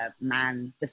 man